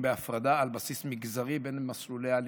בהפרדה על בסיס מגזרי בין מסלולי הלימוד.